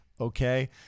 Okay